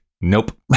nope